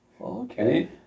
Okay